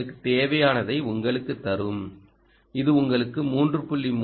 இது உங்களுக்கு தேவையானதை உங்களுக்குத் தரும் இது உங்களுக்கு 3